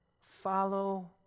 follow